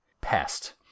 Pest